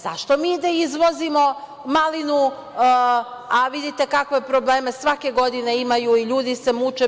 Zašto mi da izvozimo malinu, a vidite kakve probleme svake godine imaju ljudi, muče se?